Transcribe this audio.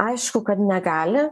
aišku kad negali